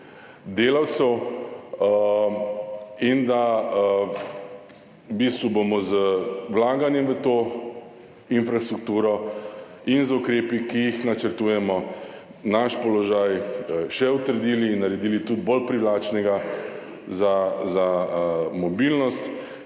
delavcev in da bomo v bistvu z vlaganjem v to infrastrukturo in z ukrepi, ki jih načrtujemo, naš položaj še utrdili in ga naredili tudi bolj privlačnega za mobilnost